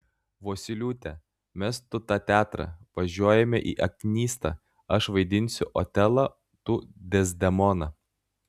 vosyliūte mesk tu tą teatrą važiuojame į aknystą aš vaidinsiu otelą tu dezdemoną